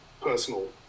personal